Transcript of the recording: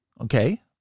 okay